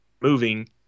moving